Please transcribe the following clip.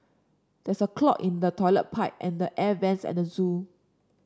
there's a clog in the toilet pipe and the air vents at the zoo